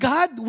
God